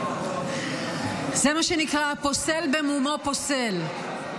זה מה שנקרא "הפוסל במומו פוסל".